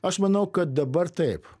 aš manau kad dabar taip